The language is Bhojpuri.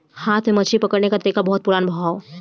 हाथ से मछरी पकड़ला के तरीका बहुते पुरान ह